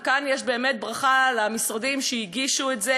וכאן יש באמת ברכה למשרדים שהגישו את זה.